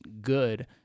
good